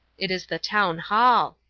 it is the town hall.